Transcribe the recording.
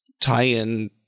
tie-in